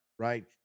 Right